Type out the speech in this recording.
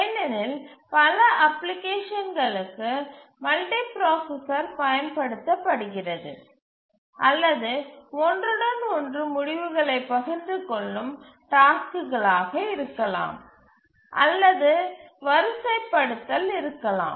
ஏனெனில் பல அப்ளிகேஷன்களுக்கு மல்டிபிராசசர் பயன்படுத்தப்படுகிறது அல்லது ஒன்றுடன் ஒன்று முடிவுகளைப் பகிர்ந்து கொள்ளும் டாஸ்க்குகளாக இருக்கலாம் அல்லது வரிசைப்படுத்தல் இருக்கலாம்